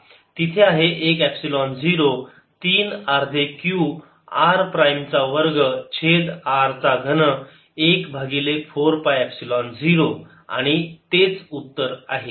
तिथे आहे एक एपसिलोन 0 3 अर्धे Q r प्राईम चा वर्ग छेद R चा घन 1 भागिले 4 पाय एपसिलोन 0 आणि तेच उत्तर आहे